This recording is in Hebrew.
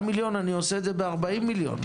מיליון אני עושה את זה בארבעים מיליון",